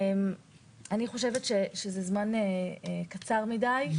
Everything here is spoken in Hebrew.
אני חושבת שזה זמן קצר מדי.